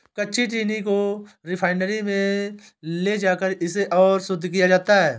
कच्ची चीनी को रिफाइनरी में ले जाकर इसे और शुद्ध किया जाता है